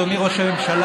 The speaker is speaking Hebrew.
אדוני ראש הממשלה,